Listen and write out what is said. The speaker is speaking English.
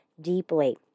deeply